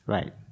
Right